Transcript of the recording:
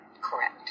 Correct